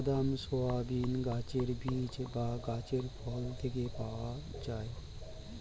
বাদাম, সয়াবিন গাছের বীজ বা গাছের ফল থেকে পাওয়া যায়